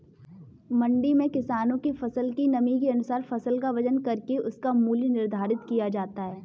मंडी में किसानों के फसल की नमी के अनुसार फसल का वजन करके उसका मूल्य निर्धारित किया जाता है